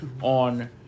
on